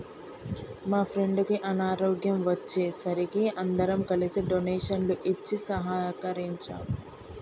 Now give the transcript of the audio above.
మా ఫ్రెండుకి అనారోగ్యం వచ్చే సరికి అందరం కలిసి డొనేషన్లు ఇచ్చి సహకరించాం